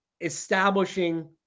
establishing